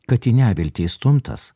kad į neviltį įstumtas